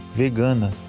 vegana